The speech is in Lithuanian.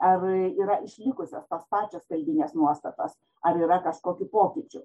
ar yra išlikusios tos pačios vidinės nuostatos ar yra kažkokių pokyčių